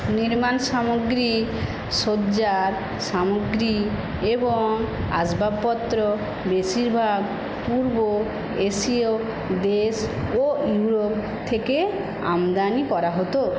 নির্মাণ সামগ্রী সজ্জার সামগ্রী এবং আসবাবপত্র বেশিরভাগ পূর্ব এশীয় দেশ ও ইউরোপ থেকে আমদানি করা হতো